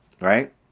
right